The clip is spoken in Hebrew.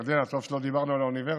ירדנה, טוב שלא דיברנו על האוניברסיטה.